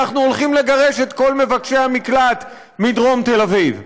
הינה אנחנו הולכים לגרש את כל מבקשי המקלט מדרום תל אביב?